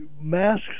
masks